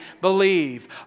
believe